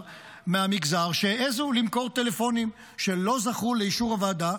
מהמגזר שהעזו למכור טלפונים שלא זכו לאישור הוועדה,